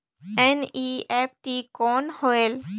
NEFT कौन होएल?